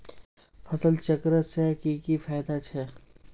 फसल चक्र से की की फायदा छे?